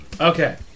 Okay